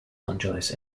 angeles